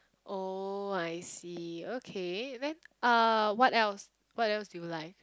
oh I see okay then uh what else what else do you like